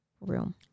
room